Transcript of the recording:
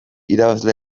irabazle